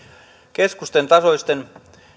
keskusten tasoisten